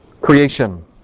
creation